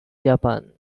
japan